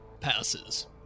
Passes